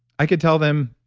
i could tell them,